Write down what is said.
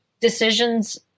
decisions